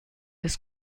des